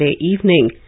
evening